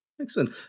excellent